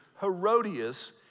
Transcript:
Herodias